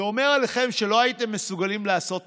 זה אומר עליכם שלא הייתם מסוגלים לעשות תקציב,